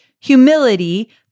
humility